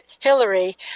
Hillary